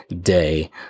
day